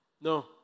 No